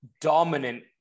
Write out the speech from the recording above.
dominant